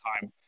time